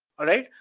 alright?